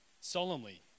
solemnly